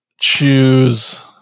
choose